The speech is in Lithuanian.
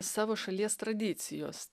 savo šalies tradicijos